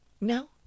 No